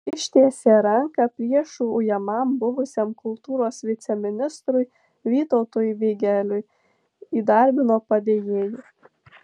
ištiesė ranką priešų ujamam buvusiam kultūros viceministrui vytautui vigeliui įdarbino padėjėju